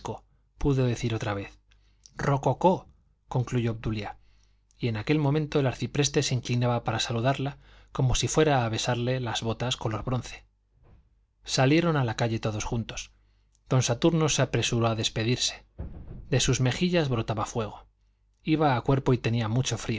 pudo decir otra vez rococó concluyó obdulia en aquel momento el arcipreste se inclinaba para saludarla como si fuera a besarle las botas color bronce salieron a la calle todos juntos don saturno se apresuró a despedirse de sus mejillas brotaba fuego iba a cuerpo y tenía mucho